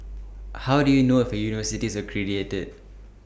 how do you know if A university is